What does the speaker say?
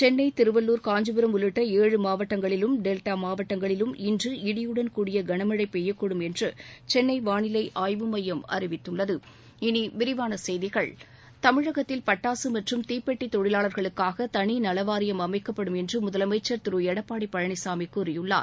சென்னை திருவள்ளூர் காஞ்சிபுரம் உள்ளிட்ட ஏழு மாவட்டங்களிலும் டெல்டா மாவட்டங்களிலும் இன்று இடியுடன் கூடிய கனமழை பெய்யக்கூடும் என்று சென்னை வானிலை ஆய்வு மையம் அறிவித்துள்ளது தமிழகத்தில் பட்டாசு மற்றும் தீப்பெட்டி தொழிலாளர்களுக்காக தனி நல வாரியம் அமைக்கப்படும் என்று முதலமைச்சர் திரு எடப்பாடி பழனிசாமி கூறியுள்ளார்